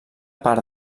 part